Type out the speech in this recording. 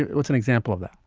what's an example of that?